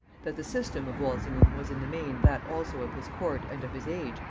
that the system of walsingham was in the main that also of his court and of his age,